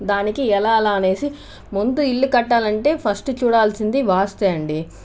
దానికి ఎలా ఎలా అనేసి ముందు ఇల్లు కట్టాలంటే ఫస్ట్ చూడాల్సింది వాస్తే అండి